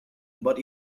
but